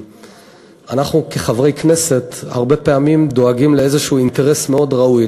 אנחנו כחברי כנסת הרבה פעמים דואגים לאיזשהו אינטרס מאוד ראוי,